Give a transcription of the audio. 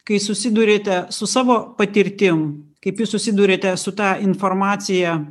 kai susiduriate su savo patirtim kaip jūs susiduriate su ta informacija